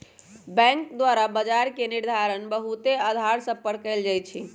bank द्वारा ब्याज के निर्धारण बहुते अधार सभ पर कएल जाइ छइ